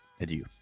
adieu